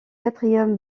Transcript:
quatrième